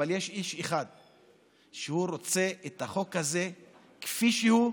אבל יש איש אחד שרוצה את החוק הזה כפי שהוא,